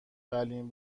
ولین